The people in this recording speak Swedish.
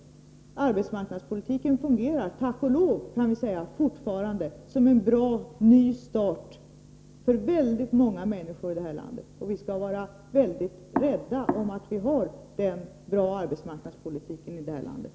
Arbetsmarknadspolitiken fungerar fortfarande, tack och lov, kan vi säga, som en bra ny start för väldigt många människor här i landet. Vi skall vara rädda om den goda arbetsmarknadspolitik vi har. ganisationernas inflytande över enmansoch småföretags verksamhet